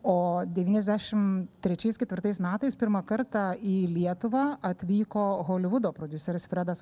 o devyniasdešim trečiais ketvirtais metais pirmą kartą į lietuvą atvyko holivudo prodiuseris fredas